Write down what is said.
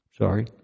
Sorry